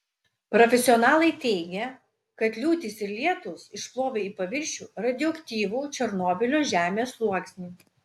profesionalai teigia kad liūtys ir lietūs išplovė į paviršių radioaktyvų černobylio žemės sluoksnį